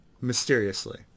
mysteriously